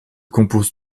compose